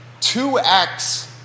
2X